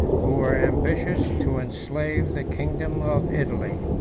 who were ambitious to enslave the kingdom of italy.